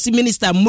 Minister